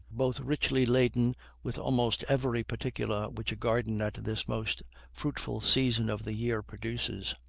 both richly laden with almost every particular which a garden at this most fruitful season of the year produces.